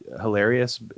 hilarious